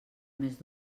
més